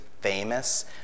famous